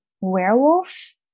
werewolf